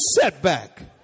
setback